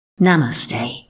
Namaste